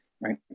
right